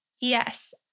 Yes